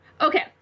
Okay